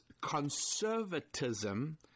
conservatism